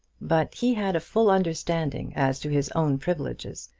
but he had a full understanding as to his own privileges,